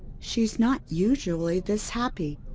she's not usually this happy.